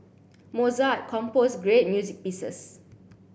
Mozart composed great music pieces